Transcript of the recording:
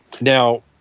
Now